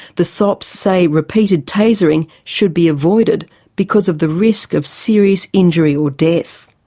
the sops say repeated tasering should be avoided because of the risk of serious injury or death.